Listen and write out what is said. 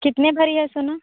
कितने भारी है सोना